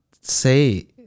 say